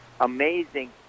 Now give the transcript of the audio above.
amazing